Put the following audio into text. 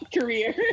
career